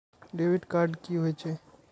Debit card कि होई छै?